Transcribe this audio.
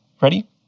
Ready